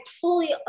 fully